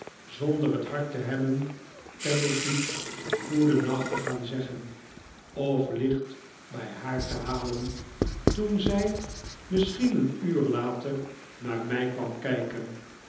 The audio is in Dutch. zonder het hart te hebben peggotty goedennacht te gaan zeggen of licht bij haar te halen toen zij misschien een uur later naar mij kwam kijken